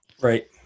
Right